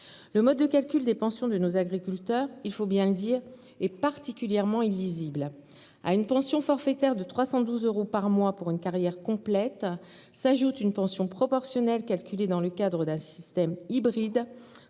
Le mode de calcul des pensions de nos agriculteurs, il faut bien le dire, est particulièrement illisible. À une pension forfaitaire de 312 euros par mois pour une carrière complète s'ajoute une pension proportionnelle calculée dans le cadre d'un système hybride